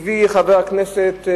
הביא חבר הכנסת,